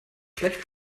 schlecht